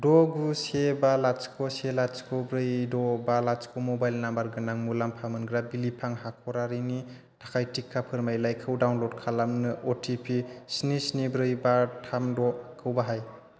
द' गु से बा लाथिख' से लाथिख' ब्रै द' बा लाथिख' मबाइल नाम्बार गोनां मुलाम्फा मोनग्रा बिलिफां हाख'रारिनि थाखाय टिका फोरमानलाइखौ डाउनलड खालामनो अटिपि स्नि स्नि ब्रै बा थाम द'खौ बाहाय